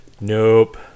Nope